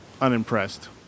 unimpressed